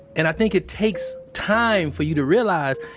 and i think it takes time for you to realize,